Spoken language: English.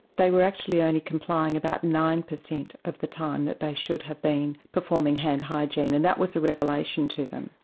they were actually only complying about nine percent of the time that they should have been performing hand hygiene and that was a revelation to them.